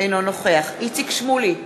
אינו נוכח איציק שמולי,